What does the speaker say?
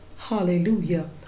Hallelujah